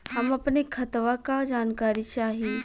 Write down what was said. हम अपने खतवा क जानकारी चाही?